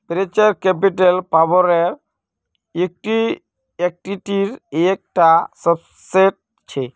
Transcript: venture capital private इक्विटीर एक टा सबसेट छे